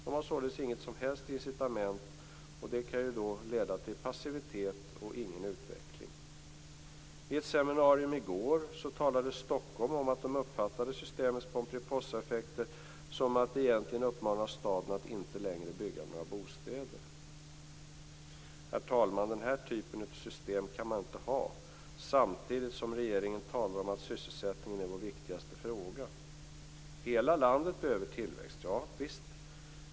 De har således inget som helst incitament, och det kan leda till passivitet och ingen utveckling. Vid ett seminarium i går talade man från Stockholms stad om att man uppfattade systemets Pomperipossaeffekter så att det egentligen uppmanar staden att inte längre bygga några bostäder. Herr talman! Den här typen av system kan man inte ha, samtidigt som regeringen talar om att sysselsättningen är vår viktigaste fråga. Hela landet behöver tillväxt - javisst.